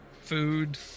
food